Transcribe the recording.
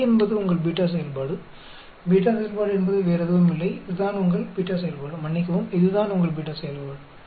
இந்த B என்பது உங்கள் பீட்டா செயல்பாடு பீட்டா செயல்பாடு என்பது வேறெதுவும் இல்லை இதுதான் உங்கள் பீட்டா செயல்பாடு மன்னிக்கவும் இதுதான் உங்கள் பீட்டா செயல்பாடு